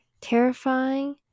terrifying